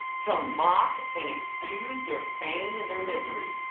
to mock and excuse, their pain, and their misery.